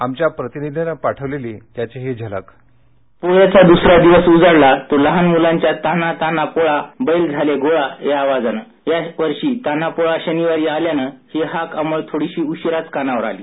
आमच्या प्रतिनिधीनं पाठविलेली त्याची ही झलक पोळ्याचा दुसरा दिवस उजाडला तो लहान मुलांच्या तान्हा तान्हा पोळा बैल झाले गोळा या आवाजान या वर्षी तान्हा पोळा शनिवारी आल्याने ही हाक अमंळ थोडीशी उशिराच कानावर आली